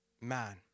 Man